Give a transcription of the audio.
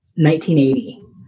1980